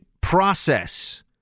process